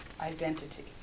identity